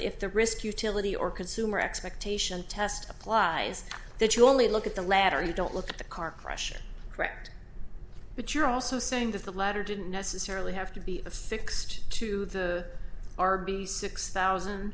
if the risk utility or consumer expectation test applies that you only look at the latter you don't look at the car question correct but you're also saying that the ladder didn't necessarily have to be affixed to the r b s six thousand